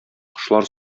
кошлар